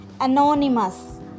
anonymous